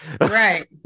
right